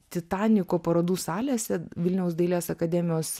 titaniko parodų salėse vilniaus dailės akademijos